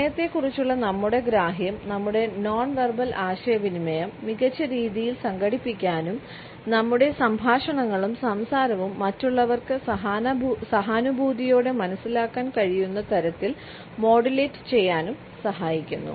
സമയത്തെക്കുറിച്ചുള്ള നമ്മുടെ ഗ്രാഹ്യം നമ്മുടെ നോൺ വെർബൽ ആശയവിനിമയം മികച്ച രീതിയിൽ സംഘടിപ്പിക്കാനും നമ്മുടെ സംഭാഷണങ്ങളും സംസാരവും മറ്റുള്ളവർക്ക് സഹാനുഭൂതിയോടെ മനസ്സിലാക്കാൻ കഴിയുന്ന തരത്തിൽ മോഡുലേറ്റ് ചെയ്യാനും സഹായിക്കുന്നു